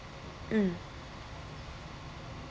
mm